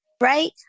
Right